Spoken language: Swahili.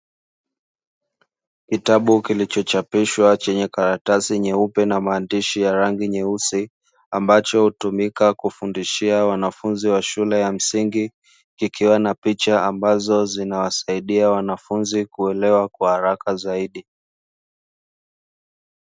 Kitabu kilichochapishwa chenye karatasi nyeupe na maandishi ya rangi nyeusi ambacho hutumika kufundishia wanafunzi wa shule ya msingi kikiwa na picha ambazo zinawasaidia wanafunzi kuelewa kwa haraka zaidi.